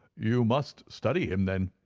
you must study him, then,